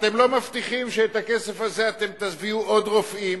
אתם לא מבטיחים שבכסף הזה תביאו עוד רופאים.